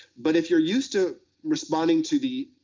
but if you're used to responding to the